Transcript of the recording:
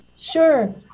Sure